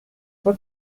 what